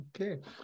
Okay